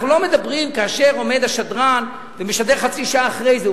אנחנו לא מדברים על כך שעומד השדרן ומשדר חצי שעה אחרי זה.